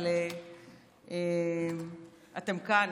אבל אתם כאן,